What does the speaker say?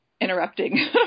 interrupting